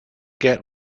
get